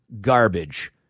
garbage